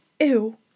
ew